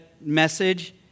message